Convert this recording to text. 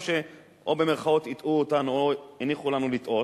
שאו "הטעו" אותנו או הניחו לנו לטעות,